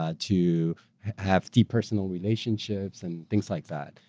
ah to have deep personal relationships, and things like that,